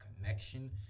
connection